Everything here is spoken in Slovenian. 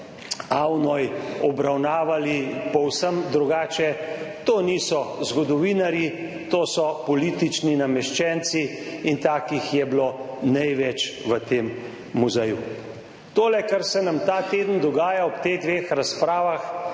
Avnoj, obravnavali povsem drugače. To niso zgodovinarji. To so politični nameščenci in takih je bilo največ v tem muzeju. Tole, kar se nam ta teden dogaja ob teh dveh razpravah,